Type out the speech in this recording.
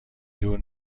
دور